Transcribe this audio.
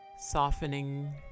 Softening